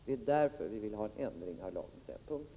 Det är därför vi vill ha en ändring av lagen på den punkten.